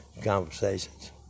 conversations